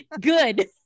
Good